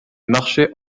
marchés